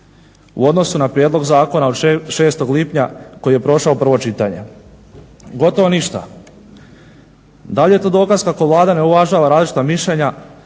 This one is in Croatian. U odnosu na prijedlog zakona od 6. lipnja koji je prošao prvo čitanje, gotovo ništa. Da li je to dokaz kako Vlada ne uvažava različita mišljenja,